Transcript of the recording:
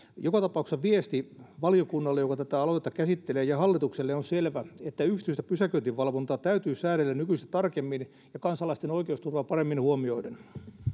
joka tapauksessa viesti valiokunnalle joka tätä aloitetta käsittelee ja hallitukselle on selvä yksityistä pysäköinninvalvontaa täytyy säädellä nykyistä tarkemmin ja kansalaisten oikeusturva paremmin huomioiden